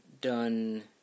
done